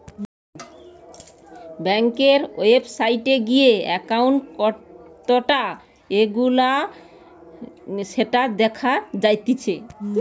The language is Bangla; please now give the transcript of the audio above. বেংকের ওয়েবসাইটে গিয়ে একাউন্ট কতটা এগোলো সেটা দেখা জাতিচ্চে